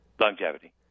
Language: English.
longevity